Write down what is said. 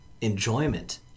enjoyment